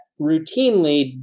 routinely